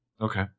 Okay